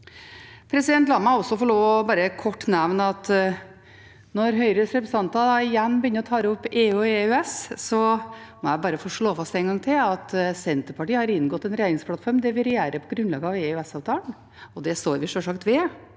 tidligere. La meg også kort få lov til å nevne at når Høyres representanter igjen begynner å ta opp EU og EØS, må jeg få slå fast en gang til at Senterpartiet har inngått en regjeringsplattform der vi regjerer på grunnlag av EØSavtalen. Det står vi sjølsagt ved.